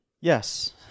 Yes